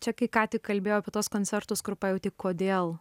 čia kai ką tik kalbėjau apie tuos koncertus kur pajauti kodėl